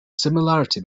similarity